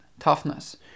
toughness